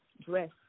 dress